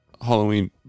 Halloween